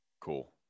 Cool